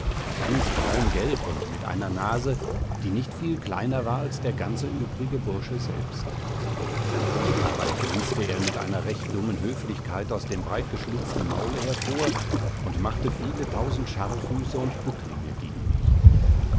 ganz braungelb und mit einer nase die nicht viel kleiner war als der ganze übrige bursche selbst dabei grinzte er mit einer recht dummen höflichkeit aus dem breitgeschlitzten maule hervor und machte viele tausend scharrfüße und bücklinge gegen mich